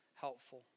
helpful